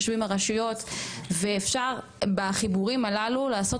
יושבות הרשויות ואפשר בחיבורים הללו לעשות